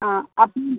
ആ അപ്പം